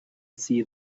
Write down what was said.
see